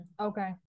okay